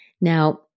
Now